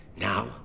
Now